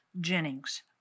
Jennings